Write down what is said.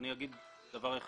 אני רק אגיד דבר אחד.